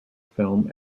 film